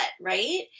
right